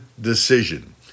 decision